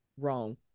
wrong